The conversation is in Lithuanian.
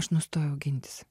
aš nustojau gintis